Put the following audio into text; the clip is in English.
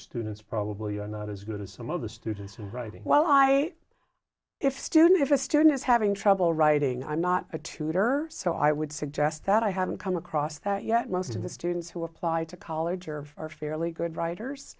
students probably not as good as some of the students writing why if student if a student is having trouble writing i'm not a tutor so i would suggest that i haven't come across that yet most of the students who apply to college or are fairly good writers